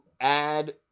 add